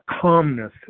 calmness